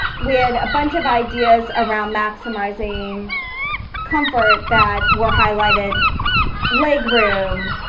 we had a bunch of ideas around maximizing comfort that were highlighted legroom,